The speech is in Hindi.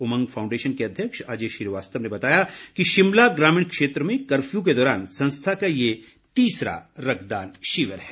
उमंग फाउंडेशन के अध्यक्ष अजय श्रीवास्तव ने बताया कि शिमला ग्रामीण क्षेत्र में कर्फ्यू के दौरान संस्था का ये तीसरा रक्तदान शिविर है